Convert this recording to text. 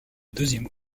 deuxième